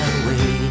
away